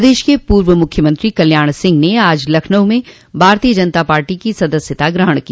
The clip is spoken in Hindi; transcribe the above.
प्रदेश के पूर्व मुख्यमंत्री कल्याण सिंह ने आज लखनऊ में भारतीय जनता पार्टी की सदस्यता ग्रहण की